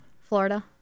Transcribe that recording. Florida